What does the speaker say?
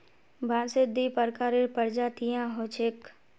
बांसेर दी प्रकारेर प्रजातियां ह छेक